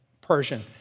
Persian